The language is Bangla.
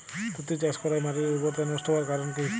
তুতে চাষ করাই মাটির উর্বরতা নষ্ট হওয়ার কারণ কি?